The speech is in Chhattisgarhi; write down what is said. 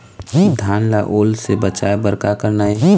धान ला ओल से बचाए बर का करना ये?